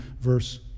verse